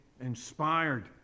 inspired